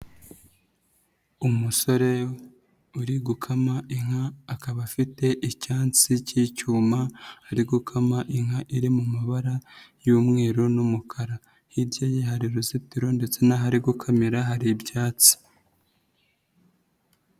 Umusore uri gukama inka, akaba afite ictsi cy'icyuma, ari gukama inka iri mu mabara y'umweru n'umukara. Hirya hari uruzitiro ndetse n'aho ari gukamira hari ibyatsi.